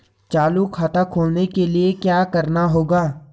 चालू खाता खोलने के लिए क्या करना होगा?